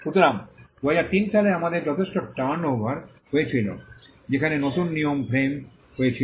সুতরাং 2003 সালে আমাদের যথেষ্ট টার্নওভার হয়েছিল যেখানে নতুন নিয়ম ফ্রেম হয়েছিল